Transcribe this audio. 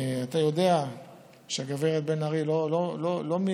אתה יודע שהגברת בן-ארי לא מאתמול